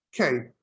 Okay